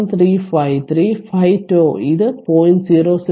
1353 5 τ ഇത് 0